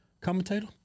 commentator